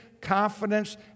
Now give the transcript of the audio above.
confidence